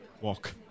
walk